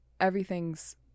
everything's